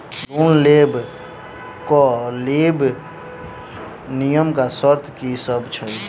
Loan लेबऽ कऽ लेल नियम आ शर्त की सब छई?